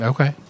Okay